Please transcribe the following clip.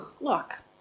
look